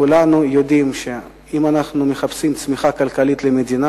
כולנו יודעים שאם אנחנו מחפשים צמיחה כלכלית במדינה,